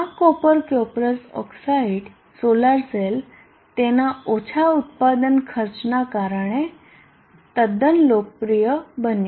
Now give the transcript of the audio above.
આ copper cuprous oxide solar cell તેના ઓછા ઉત્પાદન ખર્ચ નાં કારણે તદ્દન લોકપ્રિય બન્યું